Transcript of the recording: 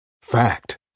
Fact